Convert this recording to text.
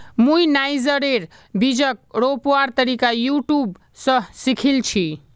मुई नाइजरेर बीजक रोपवार तरीका यूट्यूब स सीखिल छि